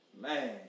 man